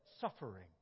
suffering